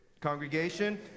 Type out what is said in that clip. Congregation